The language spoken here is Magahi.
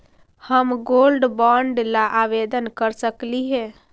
हम गोल्ड बॉन्ड ला आवेदन कर सकली हे?